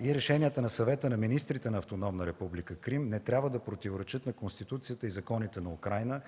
и решенията на Съвета на министрите на Автономна република Крим не трябва да противоречат на Конституцията и законите на Украйна